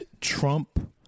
Trump